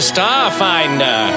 Starfinder